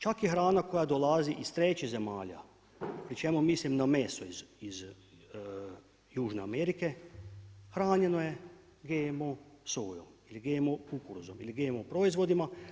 Čak i hrana koja dolazi iz trećih zemalja pri čemu mislim na meso iz južne Amerike hranjeno je GMO sojom ili GMO kukuruzom ili GMO proizvodima.